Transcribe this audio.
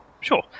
sure